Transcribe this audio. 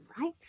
right